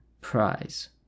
prize